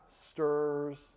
stirs